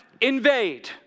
invade